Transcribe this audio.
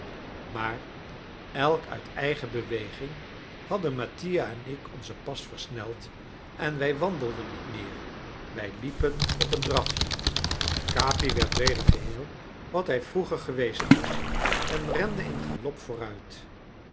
maar elk uit eigen beweging hadden mattia en ik onzen pas versneld en wij wandelden niet meer wij liepen op een drafje capi werd weder geheel wat hij vroeger geweest was en rende in galop vooruit